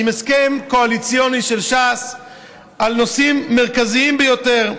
עם הסכם קואליציוני של ש"ס על נושאים מרכזיים ביותר,